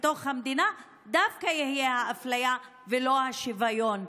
בתוך המדינה יהיה דווקא האפליה ולא השוויון.